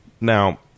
Now